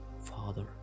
father